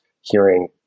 hearing